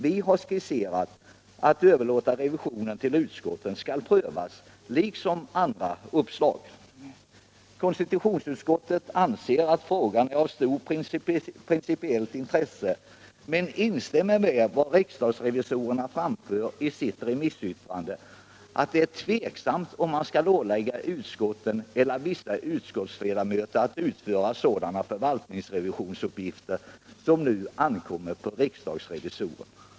Vi har skisserat att överlåtelse av revisionen till utskotten skall prövas liksom andra uppslag. Konstitutionsutskottet anser att frågan är av stort principiellt intresse, men instämmer i vad riksdagsrevisorerna framhåller i sitt remissyttrande, nämligen att det är tvivelaktigt om man skall ålägga utskotten eller vissa utskottsledamöter att utföra sådana förvaltningsrevisionsuppgifter som nu ankommer på riksdagsrevisorerna.